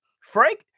Frank